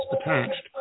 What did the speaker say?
attached